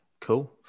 cool